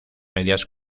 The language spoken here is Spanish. medias